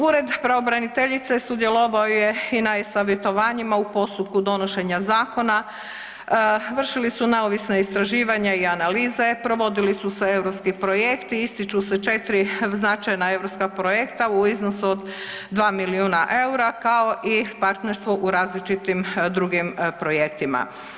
Ured pravobraniteljice sudjelovao je i na e-savjetovanjima u postupku donošenja zakona, vršili su neovisna istraživanja i analize, provodili su se europski projekti, ističu se 4 značajna europska projekta u iznosu od 2 milijuna EUR-a, kao i partnerstvo u različitim drugim projektima.